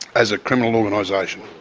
as a criminal organisation.